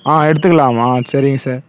ஆ எடுத்துக்கலாமா சரிங்க சார்